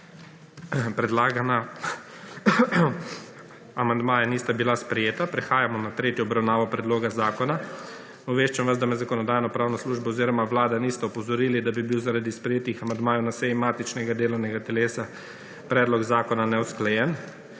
predlagana amandmaja nista bila sprejeta. Prehajamo na tretjo obravnavo predloga zakona. Obveščam vas, da me Zakonodajno-pravna služba oziroma Vlada nista opozorili, da bi bil zaradi sprejetih amandmajev na seji matičnega delovnega telesa Predlog zakona neusklajen.